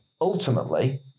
ultimately